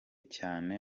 cyane